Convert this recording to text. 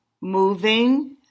moving